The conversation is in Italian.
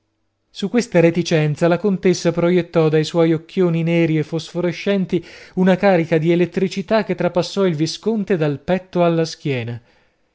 su questa reticenza la contessa proiettò dai suoi occhioni neri e fosforescenti una scarica di elettricità che trapassò il visconte dal petto alla schiena